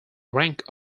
rank